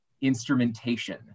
instrumentation